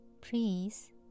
Please